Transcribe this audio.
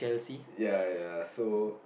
ya ya so